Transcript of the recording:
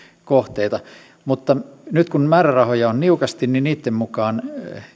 kohteita mutta nyt kun määrärahoja on niukasti niin niitten mukaan